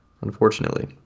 unfortunately